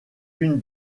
une